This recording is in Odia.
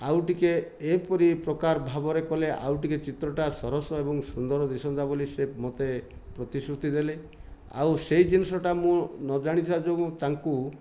ଆଉଟିକେ ଏପରି ପ୍ରକାର ଭାବରେ କଲେ ଆଉ ଟିକେ ଚିତ୍ରଟା ସରସ ଓ ସୁନ୍ଦର ଦିଶନ୍ତା ବୋଲି ସେ ମୋତେ ପ୍ରତିଶ୍ରୁତି ଦେଲେ ଆଉ ସେଇ ଜିନିଷଟା ମୁ ନ ଜାଣିଥିବା ଯୋଗୁଁ ତାଙ୍କୁ